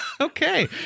Okay